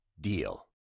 DEAL